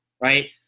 Right